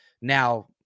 Now